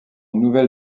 nouvelle